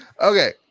Okay